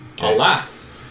Alas